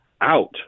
out